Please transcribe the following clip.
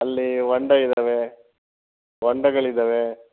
ಅಲ್ಲಿ ಹೊಂಡ ಇದ್ದಾವೆ ಹೊಂಡಗಳಿದ್ದಾವೆ